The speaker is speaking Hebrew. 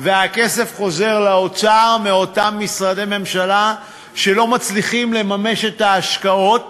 והכסף חוזר לאוצר מאותם משרדי ממשלה שלא מצליחים לממש את ההשקעות